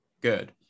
good